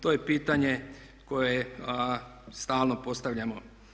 To je pitanje koje stalno postavljamo.